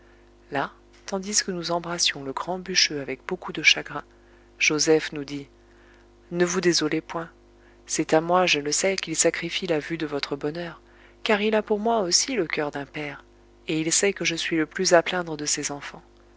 là tandis que nous embrassions le grand bûcheux avec beaucoup de chagrin joseph nous dit ne vous désolez point c'est à moi je le sais qu'il sacrifie la vue de votre bonheur car il a pour moi aussi le coeur d'un père et il sait que je suis le plus à plaindre de ses enfants